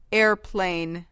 airplane